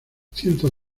cientos